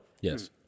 Yes